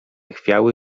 chwiały